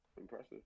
Impressive